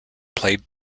played